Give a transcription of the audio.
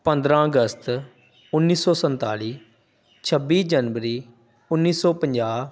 ਪੰਦਰ੍ਹਾਂ ਅਗਸਤ ਉੱਨੀ ਸੌ ਸੰਤਾਲੀ ਛੱਬੀ ਜਨਵਰੀ ਉੱਨੀ ਸੌ ਪੰਜਾਹ